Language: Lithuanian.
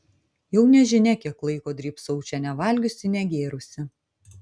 jau nežinia kiek laiko drybsau čia nevalgiusi negėrusi